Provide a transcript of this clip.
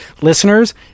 listeners